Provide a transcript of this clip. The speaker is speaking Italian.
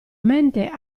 mente